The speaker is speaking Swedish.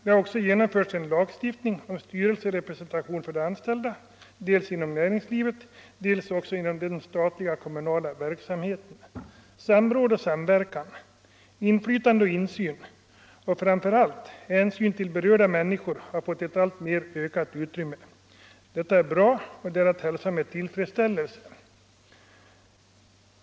Det har också införts en lagstiftning om styrelserepresentation för de anställda dels inom näringslivet, dels inom den statliga och kommunala verksamheten. Samråd och samverkan, inflytande och insyn och, framför allt, hänsyn till berörda människor har fått ett alltmer ökat utrymme. Detta är bra, och det är att hälsa med tillfredsställelse.